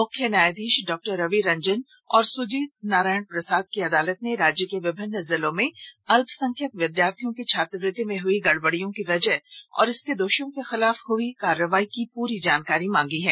मुख्य न्यायधीश डॉ रवि रंजन और सुजीत नारायण प्रसाद की अदालत ने राज्य के विभिन्न जिलों में अल्पसंख्यक विद्यार्थियों की छात्रवृति में हुई गड़बड़ियों की वजह और इसके दोषियों के खिलाफ हुई कार्रवाई की पूरी जानकारी मांगी है